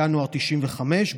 ינואר 1995,